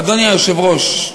אדוני היושב-ראש,